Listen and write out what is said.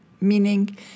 meaning